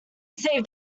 save